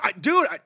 dude